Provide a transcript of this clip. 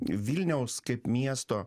vilniaus kaip miesto